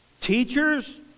Teachers